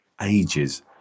ages